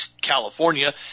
California